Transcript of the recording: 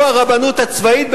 או הרבנות הצבאית,